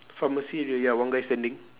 pharmacy area ya one guy standing